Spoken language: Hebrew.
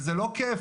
וזה לא כיף.